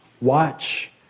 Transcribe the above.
watch